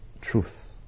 Truth